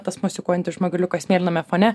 tas mosikuojantis žmogeliukas mėlyname fone